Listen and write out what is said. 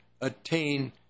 attain